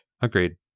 Agreed